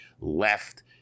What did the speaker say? left